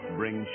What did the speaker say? bring